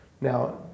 Now